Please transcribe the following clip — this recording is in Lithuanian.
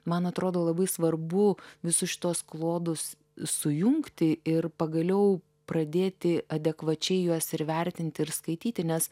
man atrodo labai svarbu visus šituos klodus sujungti ir pagaliau pradėti adekvačiai juos ir vertinti ir skaityti nes